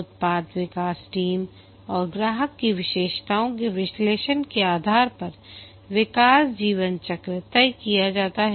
उत्पाद विकास टीम और ग्राहक की विशेषताओं के विश्लेषण के आधार पर विकास जीवनचक्र तय किया जाता है